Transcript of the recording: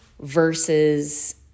versus